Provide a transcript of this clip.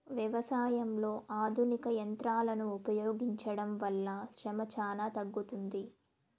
వ్యవసాయంలో ఆధునిక యంత్రాలను ఉపయోగించడం వల్ల శ్రమ చానా తగ్గుతుంది